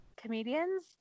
comedians